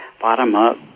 bottom-up